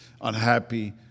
unhappy